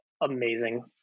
amazing